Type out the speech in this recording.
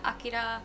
Akira